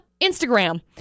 instagram